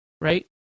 right